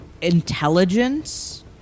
intelligence